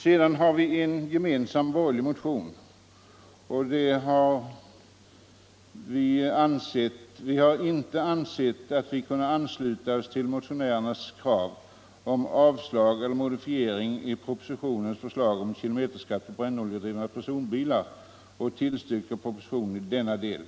Vidare har vi en gemensam borgerlig reservation, nr 3, där vi säger att vi inte har kunnat ansluta oss till motionärernas krav avseende avslag på respektive modifiering av propositionens förslag om kilometerskatt på brännoljedrivna personbilar, varför vi tillstyrker propositionen i denna del.